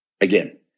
again